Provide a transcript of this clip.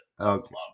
Okay